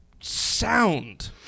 sound